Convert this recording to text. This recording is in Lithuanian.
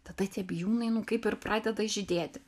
tada tie bijūnai nu kaip ir pradeda žydėti